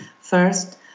first